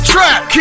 Trap